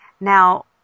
Now